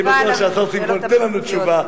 אני בטוח שהשר שמחון ייתן לנו תשובה.